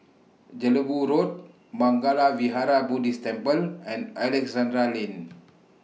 Jelebu Road Mangala Vihara Buddhist Temple and Alexandra Lane